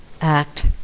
act